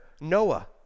Noah